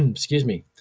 um excuse me,